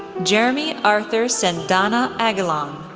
jeremy arthur cendana aguilon,